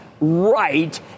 right